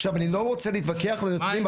עכשיו אני לא רוצה להתווכח על הנתונים,